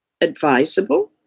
advisable